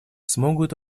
смогут